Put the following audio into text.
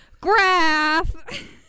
Graph